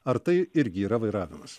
ar tai irgi yra vairavimas